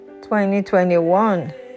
2021